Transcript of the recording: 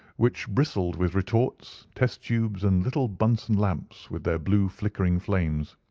which bristled with retorts, test-tubes, and little bunsen lamps, with their blue flickering flames.